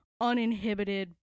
uninhibited